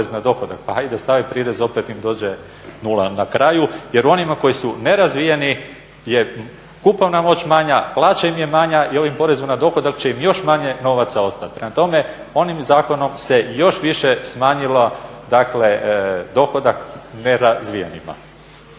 Pa i da stave prirez opet im dođe 0 na kraju. Jer onima koji su nerazvijeni je kupovna moć manja, plaća im je manja i ovim porezom na dohodak će im još manje novaca ostati. Prema tome, onim zakonom se još više smanjilo dakle dohodak nerazvijenima.